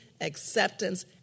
acceptance